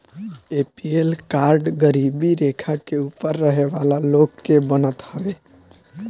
APL card गरीबी रेखा के ऊपर रहे वाला लोग के बनत हवे